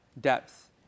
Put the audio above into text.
depth